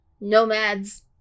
nomads